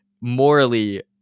morally